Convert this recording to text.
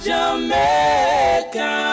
Jamaica